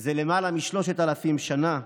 זה למעלה משלושת אלפים שנה,